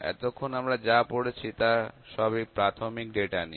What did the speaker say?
এতক্ষণ আমরা যা পড়েছি তা সবই প্রাথমিক ডেটা নিয়ে